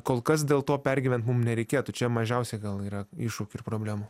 kol kas dėl to pergyvent mum nereikėtų čia mažiausia gal yra iššūkių ir problemų